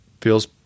feels